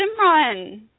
Simran